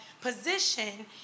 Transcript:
position